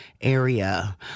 area